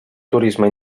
turisme